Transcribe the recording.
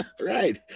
Right